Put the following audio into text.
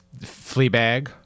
Fleabag